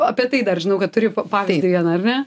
o apie tai dar žinau kad turi pavyzdį vieną ar ne